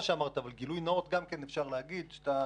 אבל גילוי נאות בכל זאת אפשר להגיד: שאתה